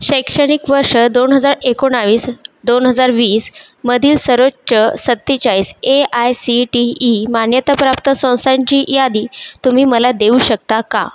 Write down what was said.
शैक्षणिक वर्ष दोन हजार एकोणावीस दोन हजार वीसमधील सर्वोच्च सत्तेचाळीस A I C T E मान्यताप्राप्त संस्थांची यादी तुम्ही मला देऊ शकता का